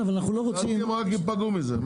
החקלאים רק ייפגעו מזה.